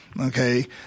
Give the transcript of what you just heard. okay